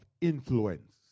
influence